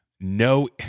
No